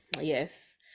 Yes